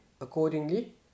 Accordingly